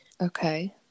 Okay